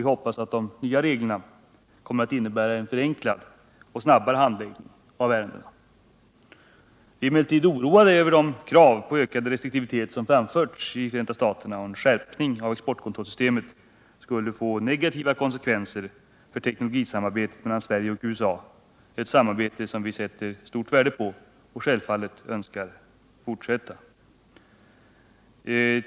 Vi hoppas att de nya reglerna kommer att innebära en förenklad och snabbare handläggning av ärendena. Vi är emellertid oroade över de krav på ökad restriktivitet som har framförts i Förenta staterna och för att en skärpning av exportkontrollsystemet skulle få negativa konsekvenser för teknologisamarbetet mellan Sverige och USA —-ett samarbete som vi sätter stort värde på och självfallet önskar fortsätta.